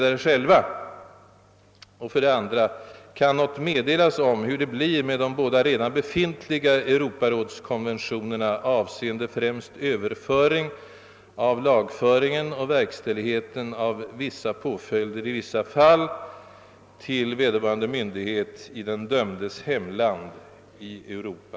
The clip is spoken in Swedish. Vidare vill jag fråga huruvida något kan meddelas om hur det blir med de båda redan befintliga Europarådskonventionerna avseende främst överföring av lagföringen och verkställigheten av påföljder i vissa fall till vederbörande myndighet i den dömdes hemland inom Europa.